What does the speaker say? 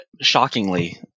shockingly